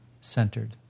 centered